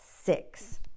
six